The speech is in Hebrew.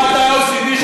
לעומת ה-OECD,